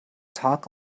talk